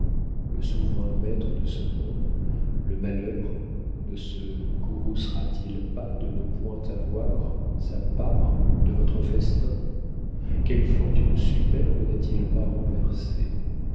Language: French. le souverain maître de ce monde le malheur ne se courroucera t il pas de ne point avoir sa part de votre festin quelle fortune superbe n'a-t-il pas renversée